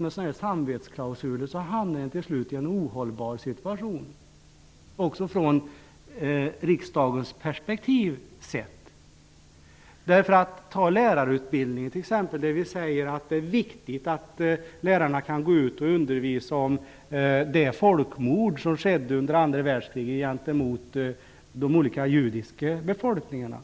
med samvetsklausuler hamnar vi till slut i en ohållbar situation, även ur riksdagens perspektiv sett. Låt oss ta lärarutbildningen som exempel. Vi säger ju att det är viktigt att lärarna kan undervisa om det folkmord som skedde under andra världskriget gentemot de olika judiska befolkningarna.